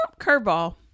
curveball